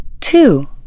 Two